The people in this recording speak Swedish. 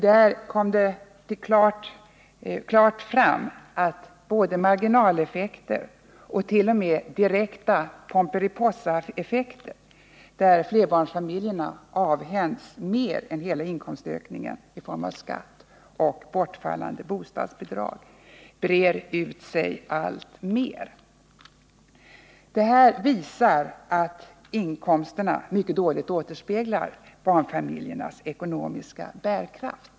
Där kom det klart fram att marginaleffekter och t.o.m. direkta Pomperipossaeffekter, där flerbarnsfamiljerna avhänds mer än hela inkomstökningen i form av skatt och bortfallande bostadsbidrag, brer ut sig alltmer. Det anförda visar att inkomsten mycket dåligt avspeglar barnfamiljernas ekonomiska bärkraft.